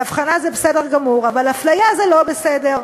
והבחנה זה בסדר גמור, אבל אפליה זה לא בסדר,